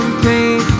pain